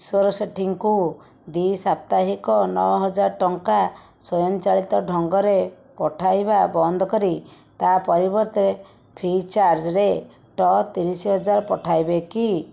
ଈଶ୍ୱର ସେଠିଙ୍କୁ ଦ୍ୱି ସାପ୍ତାହିକ ନଅ ହଜାର ଟଙ୍କା ସ୍ୱୟଂ ଚାଳିତ ଢଙ୍ଗରେ ପଠାଇବା ବନ୍ଦ କରି ତା'ପରିବର୍ତ୍ତେ ଫ୍ରି ଚାର୍ଜରେ ଟ ତିରିଶ ହଜାର ପଠାଇବେ କି